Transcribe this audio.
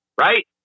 right